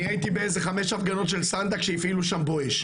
אני הייתי באיזה חמש הפגנות של סנדק שהפעילו שם "בואש",